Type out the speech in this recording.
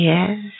Yes